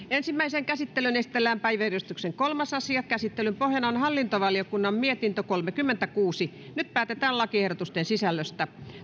ensimmäiseen käsittelyyn esitellään päiväjärjestyksen kolmas asia käsittelyn pohjana on hallintovaliokunnan mietintö kolmekymmentäkuusi nyt päätetään lakiehdotusten sisällöstä